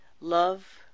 love